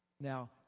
Now